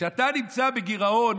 כשאתה נמצא בגירעון